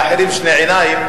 לאחרים שתי עיניים,